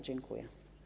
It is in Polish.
Dziękuję.